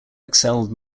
excelled